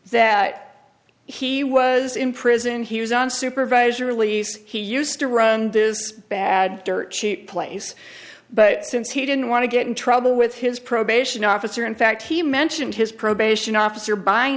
that he was in prison he was on supervisory release he used to run this bad dirt cheap place but since he didn't want to get in trouble with his probation officer in fact he mentioned his probation officer b